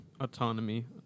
autonomy